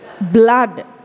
blood